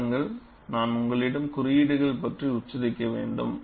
பாருங்கள் நான் உங்களிடம் குறியீடுகள் பற்றி உச்சரிக்க வேண்டும்